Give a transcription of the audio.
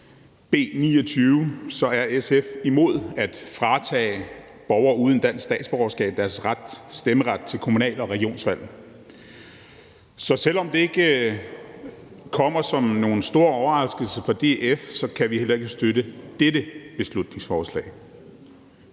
B 29, er SF imod at fratage borgere uden dansk statsborgerskab deres stemmeret til kommunal- og regionsrådsvalg. Så selv om det ikke kommer som nogen stor overraskelse for DF, kan vi heller ikke støtte dette beslutningsforslag.